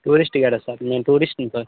tourist గైడా sir నేను టూరిస్ట్ని సార్